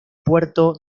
puerto